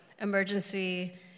emergency